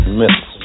myths